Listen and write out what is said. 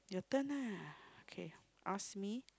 your turn ah okay ask me